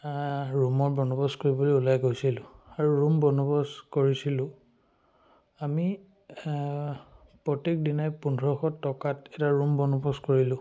ৰুমৰ বন্দবস্ত কৰিবলৈ ওলাই গৈছিলোঁ আৰু ৰুম বন্দবস্ত কৰিছিলোঁ আমি প্ৰত্যেক দিনাই পোন্ধৰশ টকাত এটা ৰুম বন্দবস্ত কৰিলোঁ